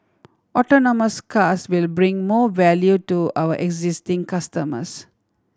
autonomous cars will bring more value to our existing customers